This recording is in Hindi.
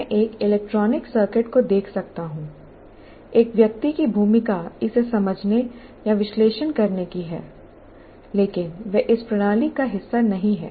मैं एक इलेक्ट्रॉनिक सर्किट को देख सकता हूं एक व्यक्ति की भूमिका इसे समझने या विश्लेषण करने की है लेकिन वह इस प्रणाली का हिस्सा नहीं है